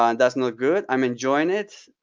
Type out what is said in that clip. um and that's not good. i'm enjoying it.